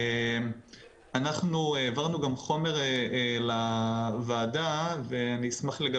אנחנו חווים עיכובים משמעותיים --- אנחנו מדברים עכשיו על סעיף 2,